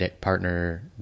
partner